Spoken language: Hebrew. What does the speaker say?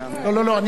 אני לא מחלק,